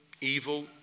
evil